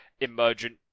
emergent